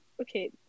Okay